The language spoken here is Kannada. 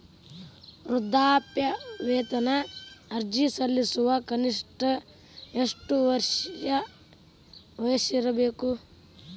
ವೃದ್ಧಾಪ್ಯವೇತನ ಅರ್ಜಿ ಸಲ್ಲಿಸಲು ಕನಿಷ್ಟ ಎಷ್ಟು ವಯಸ್ಸಿರಬೇಕ್ರಿ?